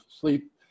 sleep